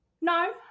No